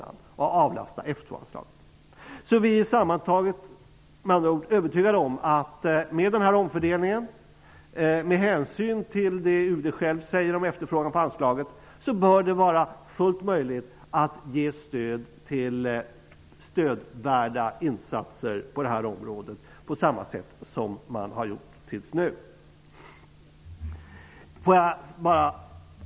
På så sätt avlastas Sammantaget kan jag säga att vi är övertygade om att det med en sådan omfördelning och med hänsyn till det som UD självt säger beträffande efterfrågan på anslaget bör vara fullt möjligt att ge stöd till stödvärda insatser på detta område på samma sätt som hittills.